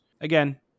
again